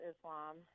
islam